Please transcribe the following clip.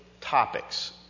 topics